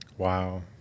Wow